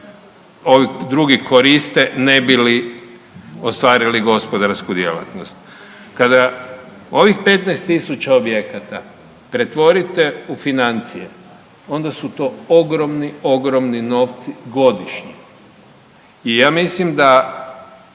drugi koriste ne bi li ostvarili gospodarsku djelatnost. Kada ovih 15.000 objekata pretvorite u financije onda su to ogromni, ogromni novci godišnji i ja mislim da